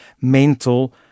mental